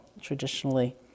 traditionally